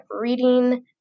reading